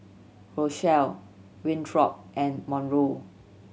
Rochelle Winthrop and Monroe